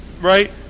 right